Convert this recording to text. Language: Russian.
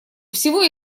всего